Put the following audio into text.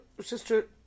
sister